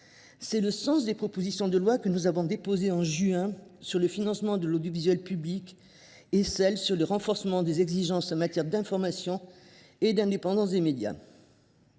C’est le sens des propositions de loi que nous avons déposées en juin dernier, dont l’une portait sur le financement de l’audiovisuel public, l’autre sur le renforcement des exigences en matière d’information et d’indépendance des médias.